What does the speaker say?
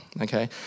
okay